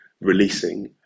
releasing